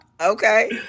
Okay